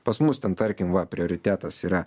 pas mus ten tarkimva prioritetas yra